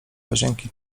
łazienki